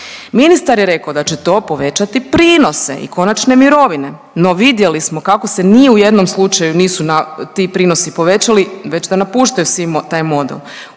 Ministar je rekao da će to povećati prinose i konačne mirovine, no vidjeli smo kako se ni u jednom slučaju nisu ti prinosi povećali već da napuštaju svi taj model.